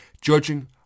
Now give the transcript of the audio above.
Judging